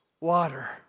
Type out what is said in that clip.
water